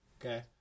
okay